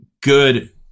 good